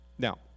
Now